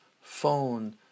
phone